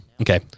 okay